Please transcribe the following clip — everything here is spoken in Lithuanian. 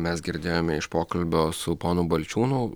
mes girdėjome iš pokalbio su ponu balčiūnu